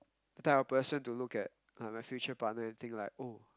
the type of person to look at uh my future partner and think like oh